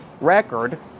record